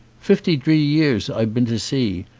fifty-dree years i've been to sea.